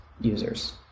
users